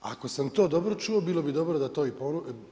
Ako sam to dobro čuo, bilo bi dobro da to i